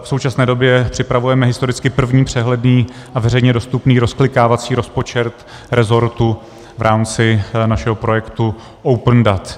V současné době připravujeme historicky první přehledný a veřejně dostupný rozklikávací rozpočet rezortu v rámci našeho projektu open dat.